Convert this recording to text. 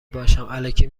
باشم٬الکی